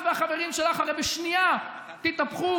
את והחברים שלך הרי בשנייה תתהפכו,